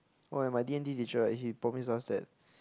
oh and my D-and-T teacher right he promised us that